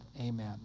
Amen